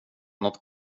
något